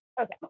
Okay